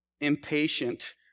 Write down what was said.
impatient